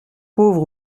pauvre